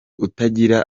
utagira